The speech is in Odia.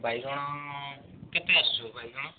ବାଇଗଣ କେତେ ଆସିବ ବାଇଗଣ